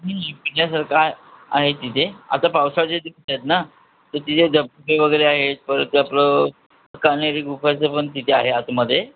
hill तिच्यासारखा आहे तिथे आता पावसाळ्याचे दिवस आहेत ना तर तिथे धबधबे वगैरे आहेत परत आपलं कान्हेरी गुंफांचं पण तिथे आहे आतमध्ये